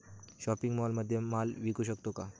Shopping मॉलमध्ये माल विकू शकतो का?